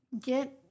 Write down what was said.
Get